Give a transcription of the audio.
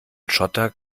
schotter